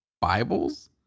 Bibles